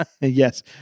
Yes